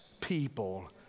people